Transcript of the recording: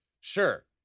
sure